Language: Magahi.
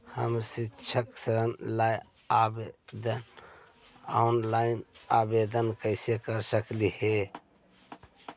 हम शैक्षिक ऋण ला ऑनलाइन आवेदन कैसे कर सकली हे?